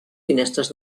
finestres